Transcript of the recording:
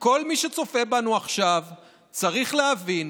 כל מי שצופה בנו עכשיו צריך להבין: